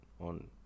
on